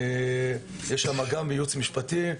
יש שם גם ייעוץ משפטי,